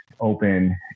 open